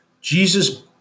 Jesus